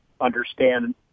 understand